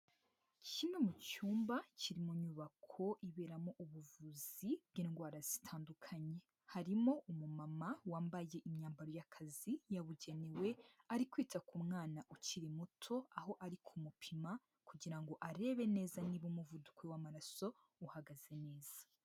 Kimwe mu cyumba kiri mu nyubako iberamo ubuvuzi bw'indwara zitandukanye, harimo umumama wambaye imyambaro y'akazi yabugenewe ari kwita ku mwana ukiri muto, aho ari kumupima kugira ngo arebe neza niba umuvuduko we w'amaraso uhagaze neza.